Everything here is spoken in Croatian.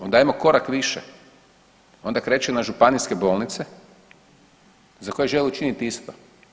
Onda ajmo korak više, onda kreće na županijske bolnice za koje želi učiniti isto.